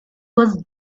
was